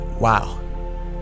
wow